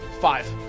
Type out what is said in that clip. Five